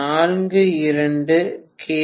42 K